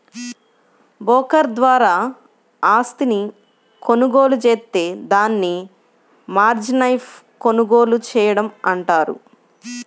broker ద్వారా ఆస్తిని కొనుగోలు జేత్తే దాన్ని మార్జిన్పై కొనుగోలు చేయడం అంటారు